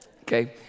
okay